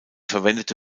verwendete